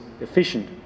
efficient